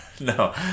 no